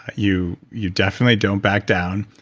you you definitely don't back down,